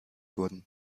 wurden